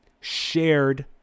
shared